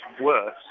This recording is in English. worse